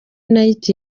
night